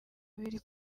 biri